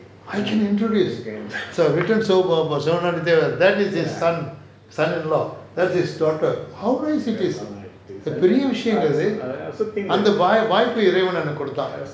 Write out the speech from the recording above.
I can introduce so sivanandi thevar that is his son son in law that's his daughter பெரிய விஷயம்ல இது அந்த வாய்ப்பை இறைவன் எனக்கு குடுத்தான்:periya vishayamla ithu antha vaaipa iraivan ennaku kuduthaan